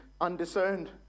undiscerned